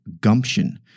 Gumption